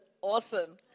Awesome